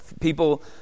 People